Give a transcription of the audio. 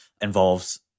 involves